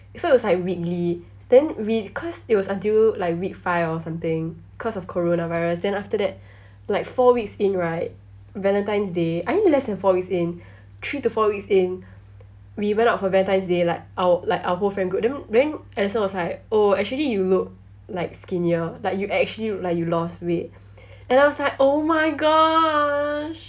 so it was like weekly then we cause it was until like week five or something cause of coronavirus then after that like four weeks in right valentine's day I think less than four weeks in three to four weeks in we went out for valentine's day like our like our whole friend group then then alison was like oh actually you look like skinnier like you actually look like you lost weight and I was like oh my gosh